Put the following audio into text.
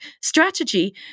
strategy